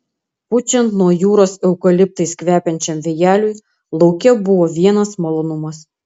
pučiant nuo jūros eukaliptais kvepiančiam vėjeliui lauke buvo vienas malonumas